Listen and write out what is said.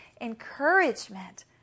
encouragement